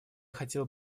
хотел